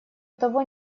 того